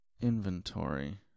inventory